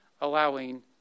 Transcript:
allowing